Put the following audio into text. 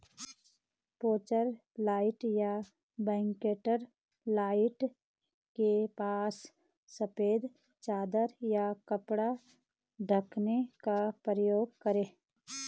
porch light या backyard light के पास सफेद चादर या कपड़ा टांगने का प्रयास करें